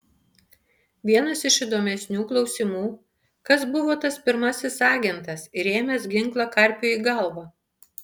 vienas iš įdomesnių klausimų kas buvo tas pirmasis agentas įrėmęs ginklą karpiui į galvą